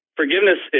forgiveness